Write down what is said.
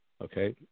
Okay